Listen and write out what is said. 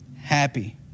happy